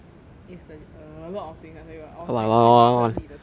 it's the a lot of things I tell you ah I was like trying to 整理 the thing right